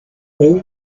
all